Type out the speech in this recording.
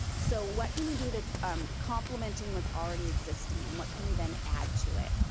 so what can we do that's um complimenting what's already existing and what can we then add to it.